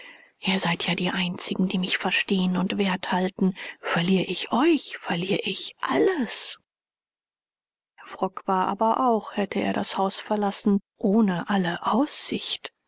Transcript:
ihr seid ja die einzigen die mich verstehen und wert halten verlier ich euch verlier ich alles frock war aber auch hätte er das haus verlassen ohne alle aussicht